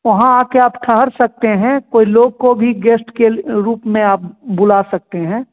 वहाँ आकर आप के ठहर सकते हैं कोई लोग को भी गेस्ट के रूप में आप बुला सकते हैं